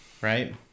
right